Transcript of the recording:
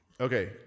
Okay